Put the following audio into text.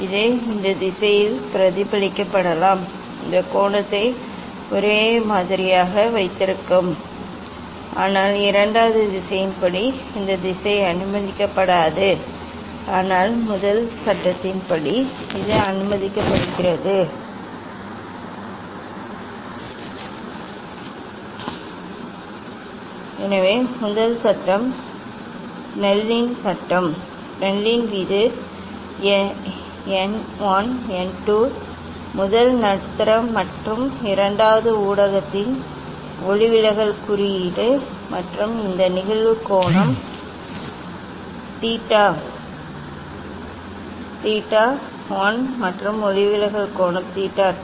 இது இந்த திசையில் பிரதிபலிக்கப்படலாம் இது கோணத்தை ஒரே மாதிரியாக வைத்திருக்கும் இந்த திசையில் பிரதிபலிக்கப்படலாம் ஆனால் இரண்டாவது திசையின்படி இந்த திசை அனுமதிக்கப்படாது ஆனால் முதல் சட்டத்தின்படி இது அனுமதிக்கப்படுகிறது எனவே முதல் சட்டம் ஸ்னெல்லின் சட்டம் ஸ்னெல்லின் விதி இது n 1 n 2 முதல் நடுத்தர மற்றும் இரண்டாவது ஊடகத்தின் ஒளிவிலகல் குறியீடு மற்றும் இந்த நிகழ்வு கோணம் தீட்டா 1 மற்றும் ஒளிவிலகல் கோணம் தீட்டா 2